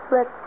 Let